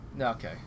okay